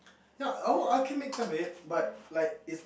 no oh I can make the but like it's